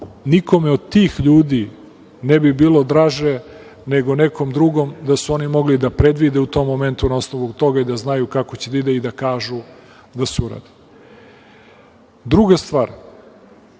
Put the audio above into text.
nikome od tih ljudi ne bi bilo draže nego nekom drugom da su oni mogli da predvide u tom momentu, na osnovu toga da znaju kako će da ide i da kažu da se uradi. Druga stvar,